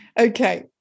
Okay